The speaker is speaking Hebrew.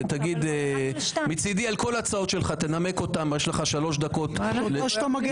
מצדי תנמק את כל ההצעות שלך.